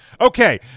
Okay